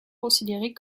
considérée